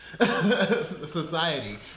society